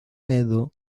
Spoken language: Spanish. edo